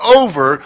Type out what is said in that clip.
over